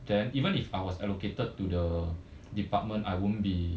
then even if I was allocated to the department I won't be